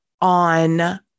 on